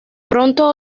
pronto